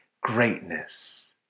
greatness